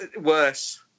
Worse